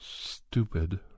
stupid